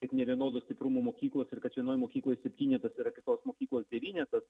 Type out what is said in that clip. kad nevienodo stiprumo mokyklos ir kad vienoj mokykloj septynetas yra kitos mokyklos devynetas